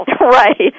Right